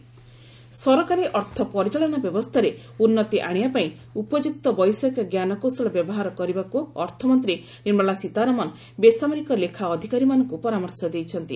ନିର୍ମଳା ସୀତାରମଣ ସରକାରୀ ଅର୍ଥ ପରିଚାଳନା ବ୍ୟବସ୍ଥାରେ ଉନ୍ନତି ଆଶିବାପାଇଁ ଉପଯୁକ୍ତ ବୈଷୟିକ ଜ୍ଞାନକୌଶଳ ବ୍ୟବହାର କରିବାକୁ ଅର୍ଥମନ୍ତ୍ରୀ ନିର୍ମଳା ସୀତାରମଣ ବେସାମରିକ ଲେଖା ଅଧିକାରୀମାନଙ୍କୁ ପରାମର୍ଶ ଦେଇଛନ୍ତି